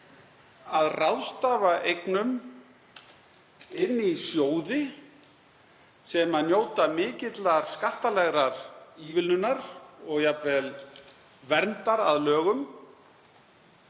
að ráðstafa eignum inn í sjóði sem njóta mikillar skattalegrar ívilnunar og jafnvel verndar að lögum.